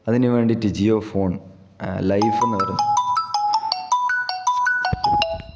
അതിന് വേണ്ടിയിട്ട് Jio phone life എന്ന് പറയുന്നത്